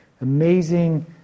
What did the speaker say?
amazing